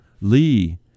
Lee